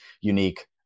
unique